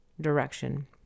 direction